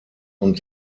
und